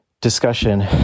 discussion